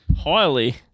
Highly